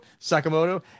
Sakamoto